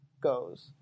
goes